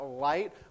light